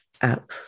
up